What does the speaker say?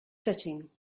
setting